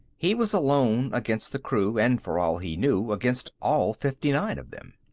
he was alone against the crew and, for all he knew, against all fifty-nine of them.